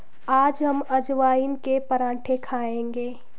आज हम अजवाइन के पराठे खाएंगे